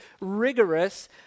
rigorous